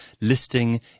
listing